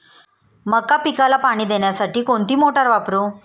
मका पिकाला पाणी देण्यासाठी कोणती मोटार वापरू?